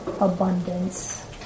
abundance